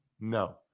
No